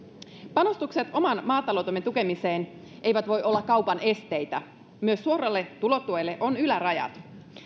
panostukset oman maataloutemme tukemiseen eivät voi olla kaupan esteitä myös suoralle tulotuelle on ylärajat